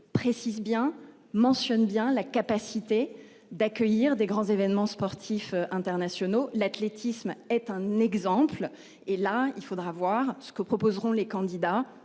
Précise bien mentionne bien la capacité d'accueillir des grands événements sportifs internationaux. L'athlétisme est un exemple et là il faudra voir ce que proposeront les candidats